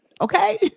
Okay